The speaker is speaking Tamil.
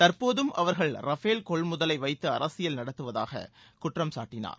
தற்போதும் அவர்கள் ரஃபேல் கொள்முதலை வைத்து அரசியல் நடத்துவதாக குற்றம் சாட்டினார்